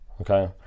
okay